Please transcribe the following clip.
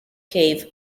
cave